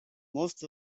most